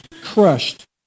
crushed